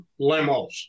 limos